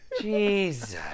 Jesus